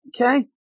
Okay